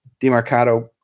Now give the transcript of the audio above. DeMarcado